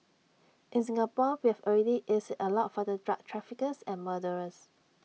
in Singapore we've already eased IT A lot for the drug traffickers and murderers